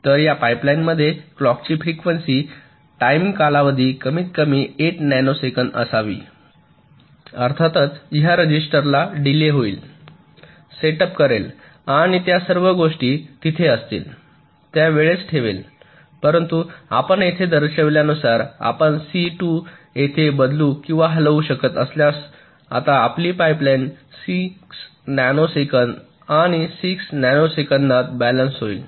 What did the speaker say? तर या पाइपलाइनमध्ये क्लॉक ची फ्रिक्वेन्सी टाइम कालावधी कमीत कमी 8 नॅनो सेकंद असावी अर्थातच ह्या रजिस्टरला डिलेय होईल सेटअप करेल आणि त्या सर्व गोष्टी तिथे असतील त्या वेळेस ठेवेल परंतु आपण येथे दर्शविल्यानुसार आपण सी 2 येथे बदलू किंवा हलवू शकत असल्यास आता आपली पाइपलाइन 6 नॅनो सेकंद आणि 6 नॅनो सेकंदात बॅलन्स होईल